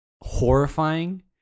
horrifying